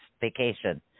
vacation